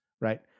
Right